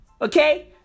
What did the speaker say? Okay